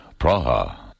Praha